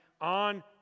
on